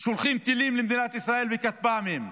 שולחים למדינת ישראל טילים וכטב"מים.